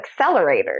accelerators